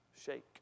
shake